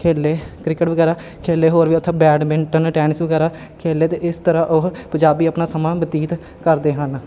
ਖੇਡੇ ਕ੍ਰਿਕਟ ਵਗੈਰਾ ਖੇਡੇ ਹੋਰ ਵੀ ਉੱਥੇ ਬੈਡਮਿੰਨਟ ਟੈਨਿਸ ਵਗੈਰਾ ਖੇਡੇ ਅਤੇ ਇਸ ਤਰ੍ਹਾਂ ਉਹ ਪੰਜਾਬੀ ਆਪਣਾ ਸਮਾਂ ਬਤੀਤ ਕਰਦੇ ਹਨ